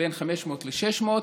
בין 500 ל-600,